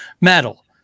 metal